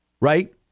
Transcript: right